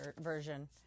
version